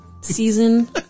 season